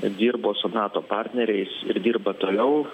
dirbo su nato partneriais ir dirba toliau